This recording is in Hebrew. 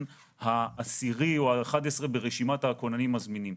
העשירי או ה-11 ברשימת הכוננים הזמינים.